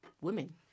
women